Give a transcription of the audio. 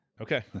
Okay